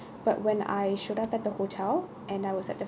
but when I showed up at the hotel and I was at the